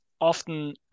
often